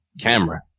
camera